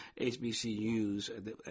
HBCUs